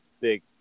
big